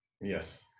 yes